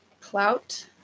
Clout